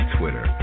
Twitter